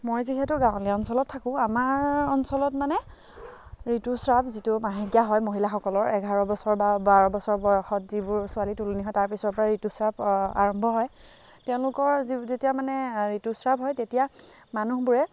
মই যিহেতু গাঁৱলীয়া অঞ্চলত থাকো আমাৰ অঞ্চলত মানে ঋতুস্ৰাৱ যিটো মাহেকীয়া হয় মহিলাসকলৰ এঘাৰ বছৰ বা বাৰ বছৰ বয়সত যিবোৰ ছোৱালী তোলনি হয় তাৰ পিছৰ পৰাই ঋতুস্ৰাৱ আৰম্ভ হয় তেওঁলোকৰ যি যেতিয়া মানে ঋতুস্ৰাৱ হয় তেতিয়া মানুহবোৰে